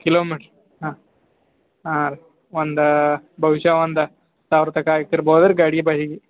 kilometre ಹಾಂ ಹಾಂ ಒಂದು ಬಹುಷಃ ಒಂದು ಸಾವಿರ ತನಕ ಆಕ್ತಿರ್ಬೋದು ಗಾಡಿ ಬಾಡಿಗೆ